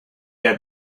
had